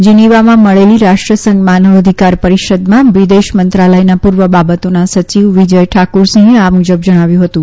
જીનીવામાં મળેલી રાષ્ટ્રસંઘ માનવ અધિકાર પરિષદમાં વિદેશ મંત્રાલયના પુર્વ બાબતોના સચિવ વિજય ઠાકુરસિંહે આ મુજબ જણાવ્યું હતું